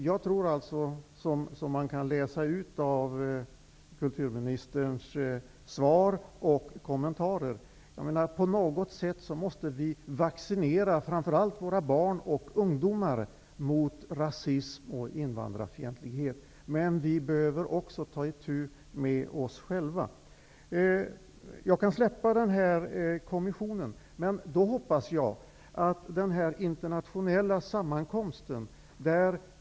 Jag tror att vi på något sätt måste vaccinera framför allt våra barn och ungdomar mot rasism och invandrarfientlighet, men vi behöver också ta itu med oss själva. Detta kan man utläsa också av kulturministerns svar och kommentarer. Jag kan släppa tanken på en kommission.